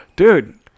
Dude